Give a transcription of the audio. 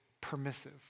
permissive